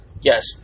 yes